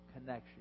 connection